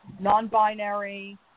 non-binary